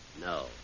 No